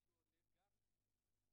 חוץ מיוצאי אתיופיה.